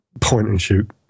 point-and-shoot